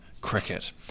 cricket